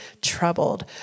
troubled